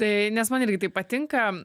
tai nes man irgi tai patinka